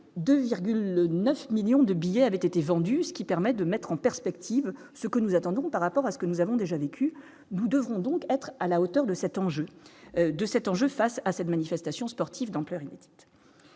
2,9 millions de billets avaient été vendus, ce qui permet de mettre en perspective, ce que nous attendons par rapport à ce que nous avons déjà vécu, nous devons donc être à la hauteur de cet enjeu de cet enjeu face à cette manifestation sportive d'ampleur inédite.